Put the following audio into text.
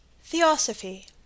Theosophy